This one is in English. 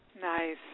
Nice